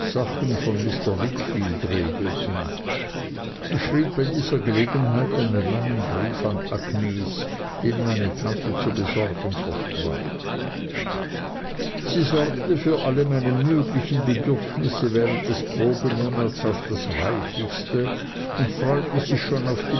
sachen von mr wickfield regelten ich schrieb bei dieser gelegenheit einen langen brief an agnes den meine tante zu besorgen versprach sie sorgte für alle meine möglichen bedürfnisse während des probemonats auf das reichlichste und freute sich schon auf die